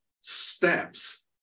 steps